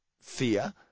fear